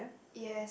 yes